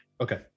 okay